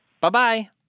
Bye-bye